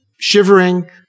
shivering